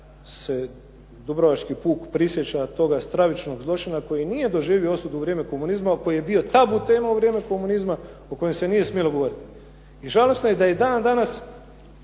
se dubrovački puk prisjeća toga stravičnog zločina koji nije doživio osudu u vrijeme komunizma koji je bio tabu tema u vrijeme komunizma o kojem se nije smjelo govoriti. I žalosno je dan danas